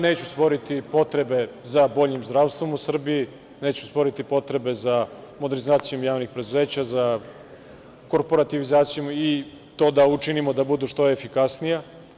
Neću sporiti potrebe za boljim zdravstvom u Srbiji, neću sporiti potrebe za modernizacijom javnih preduzeća, za koorporativizacijom, i to da učinimo da budu što efikasnija.